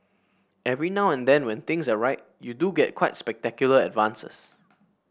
every now and then when things are right you do get quite spectacular advances